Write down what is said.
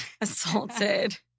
Assaulted